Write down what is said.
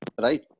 right